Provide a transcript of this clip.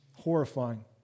Horrifying